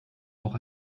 auch